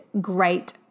great